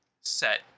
set